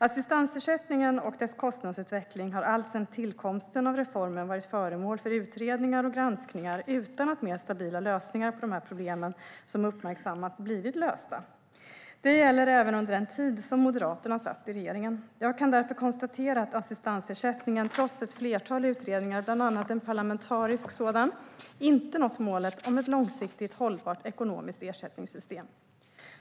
Assistansersättningen och dess kostnadsutveckling har alltsedan tillkomsten av reformen varit föremål för utredningar och granskningar utan att mer stabila lösningar på de problem som uppmärksammats blivit lösta. Det gäller även under den tid som Moderaterna satt i regeringen. Jag kan därför konstatera att assistansersättningen trots ett flertal utredningar, bland annat en parlamentarisk sådan, inte nått målet om ett långsiktigt hållbart ekonomiskt ersättningssystem.